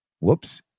whoops